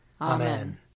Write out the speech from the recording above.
Amen